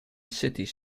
cities